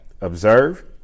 Observe